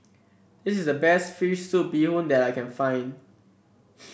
this is the best fish soup Bee Hoon that I can find